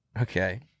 Okay